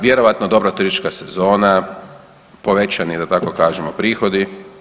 Vjerojatno dobra turistička sezona, povećani da tako kažemo prihodi.